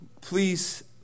please